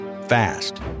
fast